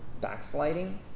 backsliding